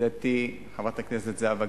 ידידתי חברת הכנסת זהבה גלאון,